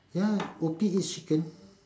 ya cokie eats chicken